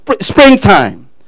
springtime